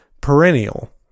perennial